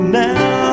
now